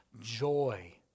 joy